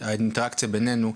האינטראקציה בינינו,